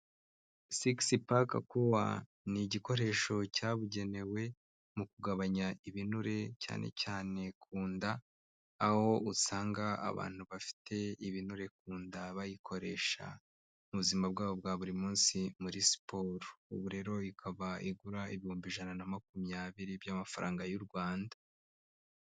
Sigisi paka kuwa, ni igikoresho cyabugenewe, mu kugabanya ibinure cyane cyane ku nda, aho usanga abantu bafite ibinure ku nda bayikoresha, mu buzima bwabo bwa buri munsi muri siporo, ubu rero ikaba igura ibihumbi ijana na makumyabiri by'amafaranga y'u Rwanda.